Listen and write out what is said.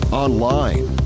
online